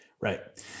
right